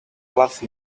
love